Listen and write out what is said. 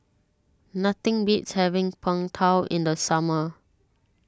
nothing beats having Png Tao in the summer